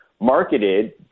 marketed